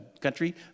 country